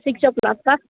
six ఓ క్లాకా